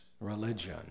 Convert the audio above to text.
religion